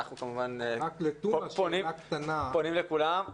אנחנו כמובן פונים לכולם.